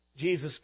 Jesus